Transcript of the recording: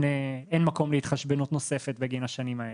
מקום להתחשבנות נוספת בגין השנים האלה.